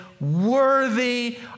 Worthy